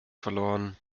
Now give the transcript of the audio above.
verloren